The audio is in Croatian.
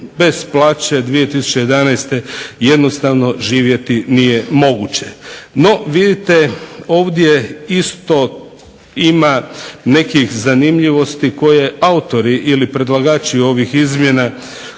bez plaće 2011. jednostavno živjeti nije moguće. NO, vidite ovdje isto ima nekih zanimljivosti koje autori ili predlagači ovih izmjena